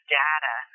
data